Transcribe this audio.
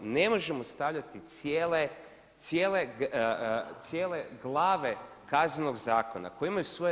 Ne možemo stavljati cijele glave Kaznenog zakona koje imaju svoj